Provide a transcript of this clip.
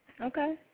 Okay